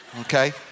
Okay